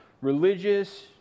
religious